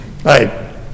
Right